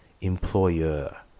employer